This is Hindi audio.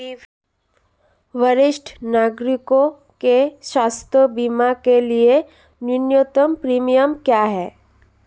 वरिष्ठ नागरिकों के स्वास्थ्य बीमा के लिए न्यूनतम प्रीमियम क्या है?